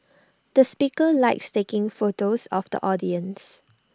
the speaker likes taking photos of the audience